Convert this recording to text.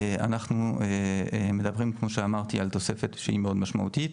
אנחנו מדברים על - כמו שאמרתי - על תוספת שהיא מאוד משמעותית.